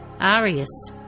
Arius